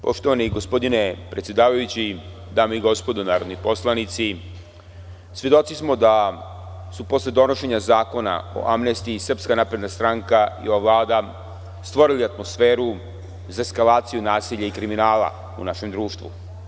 Poštovani gospodine predsedavajući, dame i gospodo narodni poslanici, svedoci smo da su posle donošenja Zakona o amnestiji, SNS i ova Vlada stvori atmosferu za eskalaciju nasilja i kriminala u našem društvu.